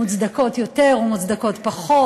מוצדקות יותר ומוצדקות פחות,